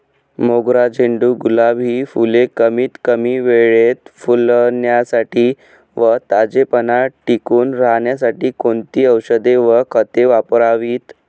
मोगरा, झेंडू, गुलाब हि फूले कमीत कमी वेळेत फुलण्यासाठी व ताजेपणा टिकून राहण्यासाठी कोणती औषधे व खते वापरावीत?